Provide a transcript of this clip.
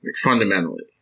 Fundamentally